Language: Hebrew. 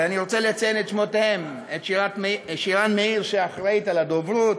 ואני רוצה לציין את שמותיהם: את שירן מאיר שאחראית לדוברות,